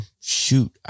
Shoot